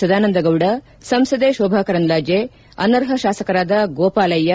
ಸದಾನಂದ ಗೌಡ ಸಂಸದೆ ಶೋಭಾ ಕರಂದ್ಲಾಜೆ ಅನರ್ಹ ಶಾಸಕರಾದ ಗೋಪಾಲಯ್ಯ